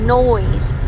noise